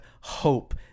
hope